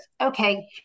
okay